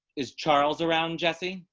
is charles around jesse